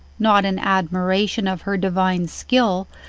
not in admiration of her divine skill,